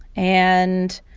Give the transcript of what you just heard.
and